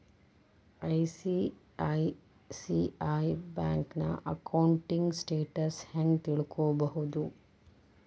ICICI ಬ್ಯಂಕಿನ ಅಕೌಂಟಿನ್ status ಹೆಂಗ್ ತಿಳ್ಕೊಬೊದು?